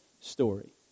Story